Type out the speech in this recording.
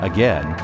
Again